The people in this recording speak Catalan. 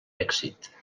èxit